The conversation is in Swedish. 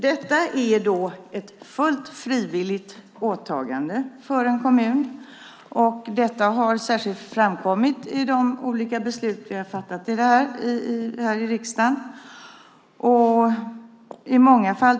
Herr talman! Detta är ett fullt frivilligt åtagande för en kommun, och det har särskilt framkommit i de olika beslut vi har fattat här i riksdagen.